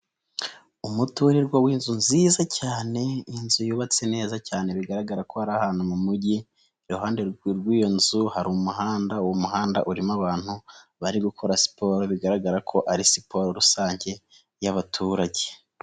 Umuturirwa w'inzu nziza cyane, inzu yubatse neza cyane bigaragara ko ari ahantu mu mujyi, iruhande rw'iyo nzu hari umuhanda, uwo muhanda urimo abantu bari gukora siporo, bigaragara ko ari siporo rusange yabaturage.